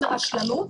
זה רשלנות,